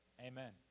Amen